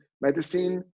medicine